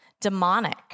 demonic